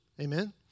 Amen